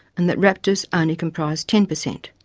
and that raptors only comprise ten per cent.